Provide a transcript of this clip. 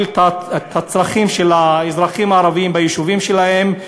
את הצרכים של האזרחים הערבים ביישובים שלהם,